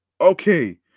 okay